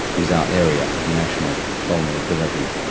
is our area of national vulnerability.